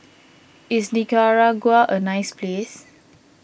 is Nicaragua a nice place